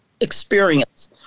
experience